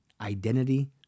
identity